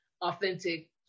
authentic